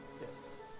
yes